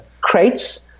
crates